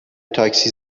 تاکسی